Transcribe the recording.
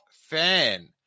fan